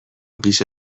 giza